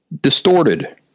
distorted